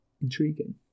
Intriguing